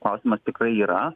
klausimas tikrai yra